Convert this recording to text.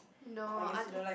no other